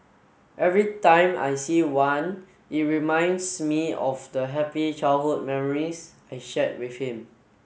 every time I see one it reminds me of the happy childhood memories I shared with him